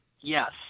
Yes